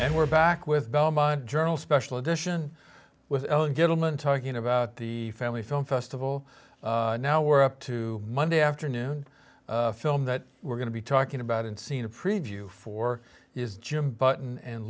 and we're back with belmont journal special edition with gettleman talking about the family film festival now we're up to monday afternoon a film that we're going to be talking about and seen a preview for is jim button and